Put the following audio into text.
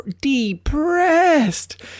depressed